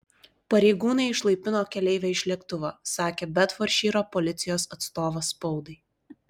pareigūnai išlaipino keleivę iš lėktuvo sakė bedfordšyro policijos atstovas spaudai